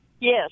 Yes